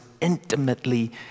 intimately